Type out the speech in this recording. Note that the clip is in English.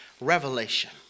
revelation